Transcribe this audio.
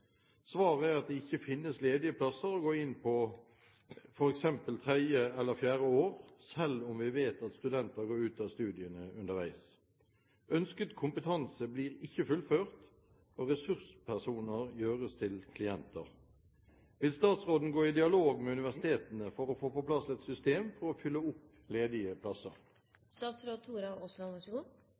Svaret er at det ikke finnes ledige plasser å gå inn i på f.eks. 3. eller 4. året, selv om vi vet at studenter går ut av studiene underveis. Ønsket kompetanse blir ikke fullført, og ressurspersoner gjøres til klienter. Vil statsråden gå i dialog med universitetene for å få på plass et system for å fylle opp ledige